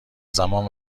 زمان